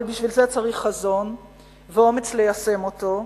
אבל בשביל זה צריך חזון ואומץ ליישם אותו,